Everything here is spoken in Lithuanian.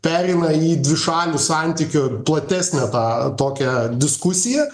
pereina į dvišalių santykių platesnę tą tokią diskusiją